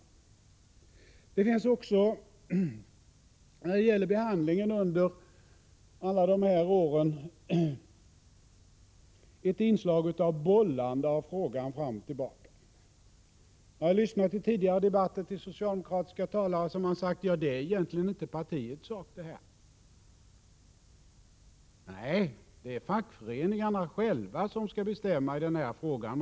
I behandlingen under alla dessa år av den här frågan finns det också ett inslag av bollande fram och tillbaka. Jag har lyssnat till socialdemokratiska talare i tidigare debatter som sagt: Detta är egentligen inte partiets sak. Nej, det skall vara fackföreningarna själva som skall bestämma i den här frågan.